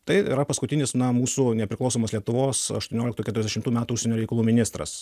tai yra paskutinis na mūsų nepriklausomos lietuvos aštuonioliktų keturiasdešimtų metų užsienio reikalų ministras